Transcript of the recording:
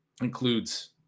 includes –